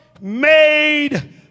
made